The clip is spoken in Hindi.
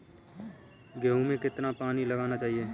गेहूँ में कितना पानी लगाना चाहिए?